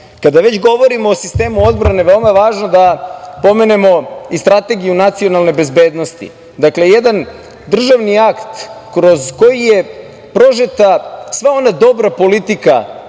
već govorimo o sistemu odbrane veoma je važno da pomenemo i Strategiju nacionalne bezbednosti. Dakle, jedan državni akt kroz koji je prožeta sva ona dobra politika